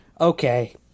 okay